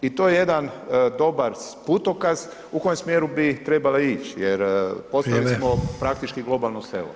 I to je jedan dobar putokaz u kojem smjeru bi trebale ić jer postali smo praktički globalno selo.